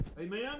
Amen